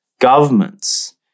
governments